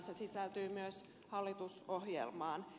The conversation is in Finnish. se sisältyy myös hallitusohjelmaan